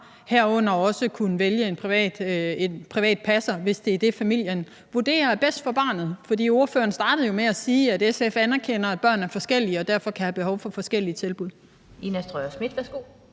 herunder også at kunne vælge en privat passer, hvis det er det, familien vurderer er bedst for barnet? For ordføreren startede jo med at sige, at SF anerkender, at børn er forskellige og derfor kan have behov for forskellige tilbud.